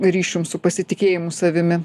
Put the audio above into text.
ryšium su pasitikėjimu savimi